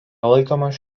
laikomas